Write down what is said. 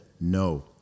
no